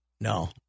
No